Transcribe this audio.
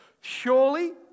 Surely